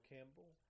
Campbell